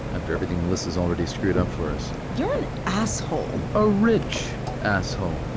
after everything melissa's already screwed up for us you're an asshole a rich asshole.